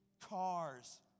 cars